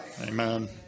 Amen